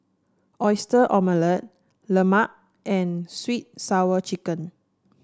Oyster Omelette Lemang and sweet and Sour Chicken